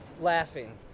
laughing